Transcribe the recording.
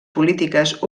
polítiques